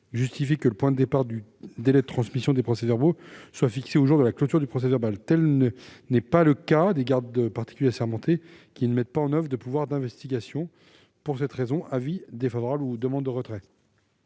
justifie que le point de départ du délai de transmission des procès-verbaux soit fixé au jour de la clôture du procès-verbal. Tel n'est pas le cas des gardes particuliers assermentés, qui ne mettent pas en oeuvre des pouvoirs d'investigation. Pour ces raisons, la commission demande le retrait